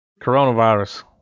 Coronavirus